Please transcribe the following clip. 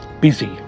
busy